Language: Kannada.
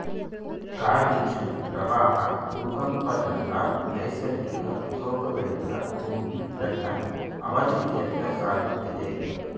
ಕಾಡ್ಗಿಚ್ಚು, ಪ್ರವಾಹ ಭೂಕಂಪದಂತ ನೈಸರ್ಗಿಕ ವಿಕೋಪಗಳಿಂದ ಭೂಮಿ ತನ್ನ ಅವನತಿಯತ್ತ ಸಾಗುತ್ತಿದೆ